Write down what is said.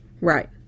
Right